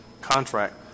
contract